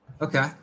Okay